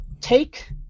take